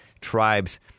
tribes